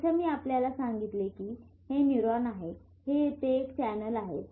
जसे मी आपल्याला सांगितले की हे न्यूरॉन आहे हे येथे एक चॅनेल आहे